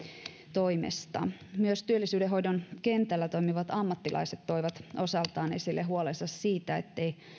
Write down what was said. toimesta myös työllisyyden hoidon kentällä toimivat ammattilaiset toivat osaltaan esille huolensa siitä ettei